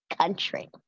country